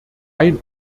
ein